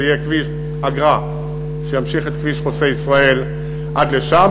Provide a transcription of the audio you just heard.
וזה יהיה כביש אגרה שימשיך את כביש חוצה-ישראל עד לשם.